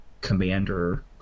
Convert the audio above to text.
commander